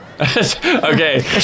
Okay